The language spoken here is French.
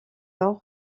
nord